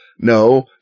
No